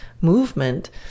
movement